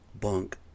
bunk